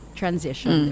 transition